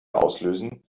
auslösen